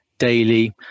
Daily